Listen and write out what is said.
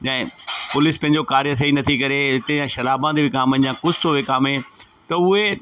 जा पुलिस पंहिंजो कार्य सही नथी करे हिते शराबा थी विकामनि जा कुझु थो विकामे त उहे